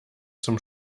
zum